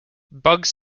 bugs